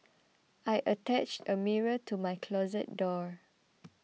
I attached a mirror to my closet door